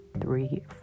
three